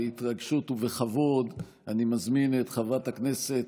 בהתרגשות ובכבוד אני מזמין את חברת הכנסת